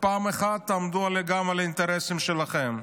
פעם אחת תעמדו גם על האינטרסים שלכם.